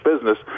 business